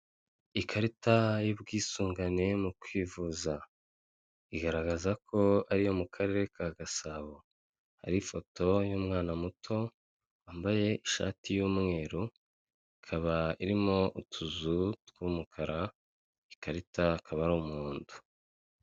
Ikarita y'ubwisungane mu kwivuza. Igaragaza ko ari iyo mu karere ka Gasabo, hariho ifoto y'umwana muto wambaye ishati y'umweru ikaba irimo utuzu tw'umukara. Ikarita akaba ari umuhondo.